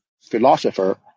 philosopher